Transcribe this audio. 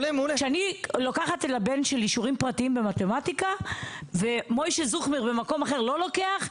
כשאני לוקחת לבן שלי שיעורים פרטיים במתמטיקה ומשה במקום אחר לא לוקח,